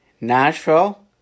Nashville